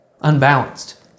unbalanced